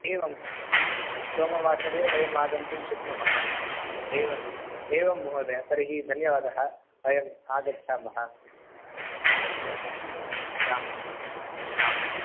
एवं सोमवासरे वयम् आगन्तुं शक्नुमः एवम् एवं महोदय तर्हि धन्यवादः वयम् आगच्छामः अस्तु अस्तु राम् राम् रां राम् आम्